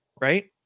Right